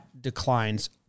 declines